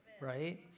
right